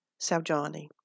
Saljani